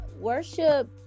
Worship